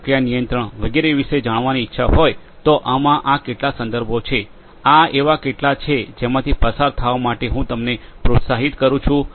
પ્રક્રિયા નિયંત્રણ વગેરે વિશે જાણવાની ઇચ્છા હોય તો આમાં આ કેટલાક સંદર્ભો છે આ એવા કેટલાક છે જેમાંથી પસાર થવા માટે હું તમને પ્રોત્સાહિત કરું છું